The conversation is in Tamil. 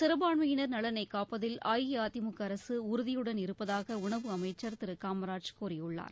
சிறுபான்மையினர் நலனை காப்பதில் அஇஅதிமுக அரசு உறுதியுடன் இருப்பதாக உணவு அமைச்சர் திரு காமராஜ் கூறியுள்ளார்